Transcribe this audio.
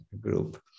group